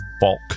bulk